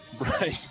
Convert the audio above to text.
Right